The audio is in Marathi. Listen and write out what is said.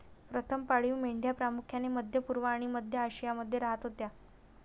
प्रथम पाळीव मेंढ्या प्रामुख्याने मध्य पूर्व आणि मध्य आशियामध्ये राहत होत्या